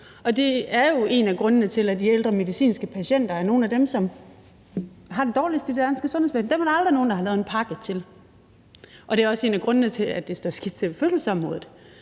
Og det er jo en af grundene til, at de ældre medicinske patienter er nogle af dem, som har det dårligst i det danske sundhedsvæsen – dem er der aldrig nogen der har lavet en pakke til – og det er også en af grundene til, at det står skidt til på fødselsområdet.